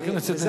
לסיים.